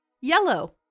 yellow